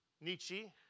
Nietzsche